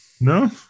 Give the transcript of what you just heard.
No